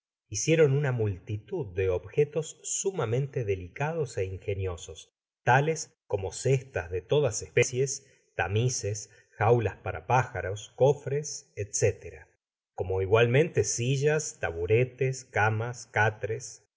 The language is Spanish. hicieron una multitud de objetos sumamente delicados é ingeniosos tales como cestas de todas especies tamices jaulas para pájaros cofres etc como igualmente sillas taburetes camas catres